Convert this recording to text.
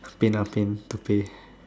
pain ah pain to pay